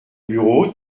bureau